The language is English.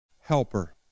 helper